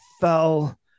fell